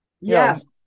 yes